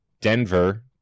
Denver